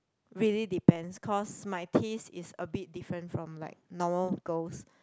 really depends cause my taste is a bit different from like normal girls